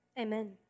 Amen